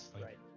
right